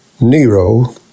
Nero